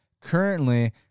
currently